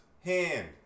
hand